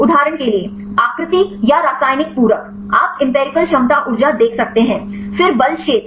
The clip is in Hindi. उदाहरण के लिए आकृति या रासायनिक पूरक आप एम्पिरिकल क्षमता ऊर्जा देख सकते हैं फिर बल क्षेत्र